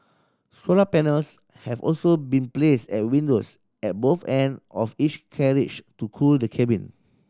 solar panels have also been placed at windows at both end of each carriage to cool the cabin